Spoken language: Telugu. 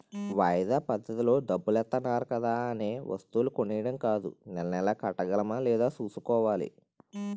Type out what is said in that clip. వాయిదా పద్దతిలో డబ్బులిత్తన్నారు కదా అనే వస్తువులు కొనీడం కాదూ నెలా నెలా కట్టగలమా లేదా సూసుకోవాలి